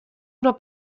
una